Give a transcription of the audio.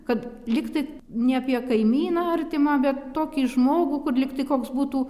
kad lyg tai ne apie kaimyną artimą bet tokį žmogų kur lyg tai koks būtų